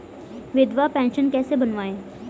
विधवा पेंशन कैसे बनवायें?